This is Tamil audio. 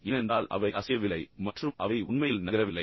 ஏனென்றால் அவை அசையவில்லை மற்றும் அவை உண்மையில் நகரவில்லை